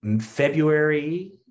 February